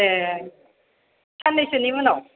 ए साननैसोनि उनाव